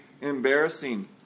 embarrassing